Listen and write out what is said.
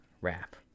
wrap